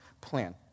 plan